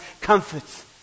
comforts